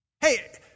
Hey